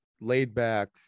laid-back